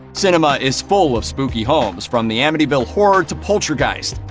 cinema is full of spooky homes, from the amityville horror to poltergeist.